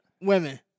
women